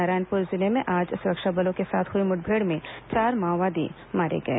नारायणपुर जिले में आज सुरक्षा बलों के साथ हुई मुठभेड़ में चार माओवादी मारे गए